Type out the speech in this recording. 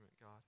God